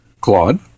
Claude